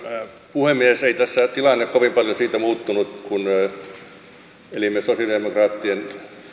puhemies ei tässä ole tilanne kovin paljon siitä muuttunut kun elimme sosialidemokraattisen